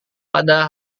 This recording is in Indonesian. pada